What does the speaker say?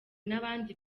n’abandi